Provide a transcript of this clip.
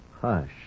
Hush